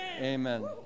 Amen